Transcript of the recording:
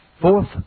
fourth